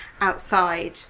outside